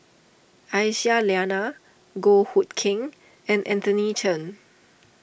Aisyah Lyana Goh Hood Keng and Anthony Chen